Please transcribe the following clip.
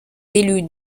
élue